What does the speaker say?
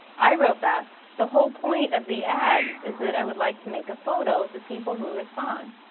i wrote back, the whole point of the ad is that i would like to make a photo of the people who respond.